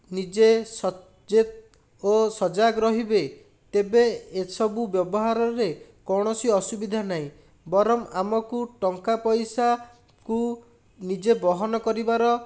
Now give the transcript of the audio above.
ନିଜେ ସଚେତ୍ ଓ ସଜାଗ ରହିବେ ତେବେ ଏସବୁ ବ୍ୟବହାରରେ କୌଣସି ଅସୁବିଧା ନାହିଁ ବରଂ ଆମକୁ ଟଙ୍କାପଇସାକୁ ନିଜେ ବହନ କରିବାର